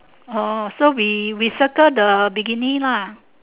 orh so we we circle the bikini lah